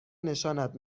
نشانت